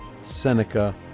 Seneca